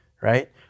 Right